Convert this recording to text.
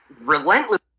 Relentless